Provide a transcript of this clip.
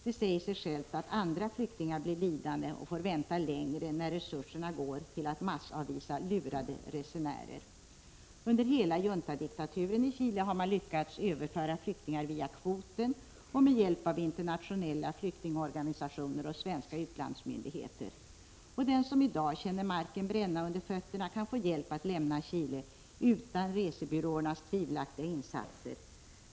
Det säger sig självt att andra flyktingar blir lidande och får vänta längre när resurserna går till att massavvisa lurade resenärer. Under hela juntadiktaturen i Chile har man lyckats överföra flyktingar via kvoten och med hjälp av internationella flyktingorganisationer och svenska utlandsmyndigheter. Den som i dag känner marken bränna under fötterna kan få hjälp att lämna Chile utan resebyråernas tvivelaktiga insatser.